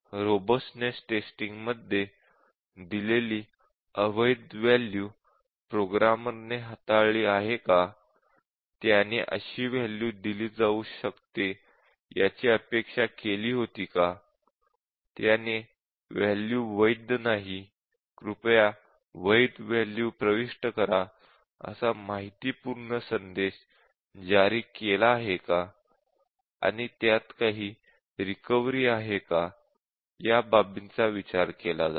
robustness testing मध्ये दिलेली अवैध वॅल्यू प्रोग्रामरने हाताळले आहे का त्याने अशी वॅल्यू दिली जाऊ शकतात याची अपेक्षा केली होती का त्याने वॅल्यू वैध नाही कृपया वैध वॅल्यू प्रविष्ट करा असा माहितीपूर्ण संदेश जारी केला आहे का आणि त्यात काही रिकव्हरी आहे का या बाबींचा विचार केला जातो